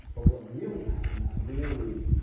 but what really happened that really